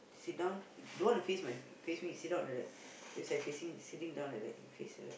sit down don't want to face my face me sit down like that just like facing sitting down like that he face like that